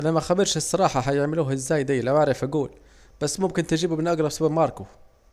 انا مخبرش الصراحة هيعملوا ازاي ده، بس ممكن تجيبه من اجرب سوبر ماركو